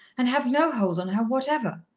and have no hold on her whatever.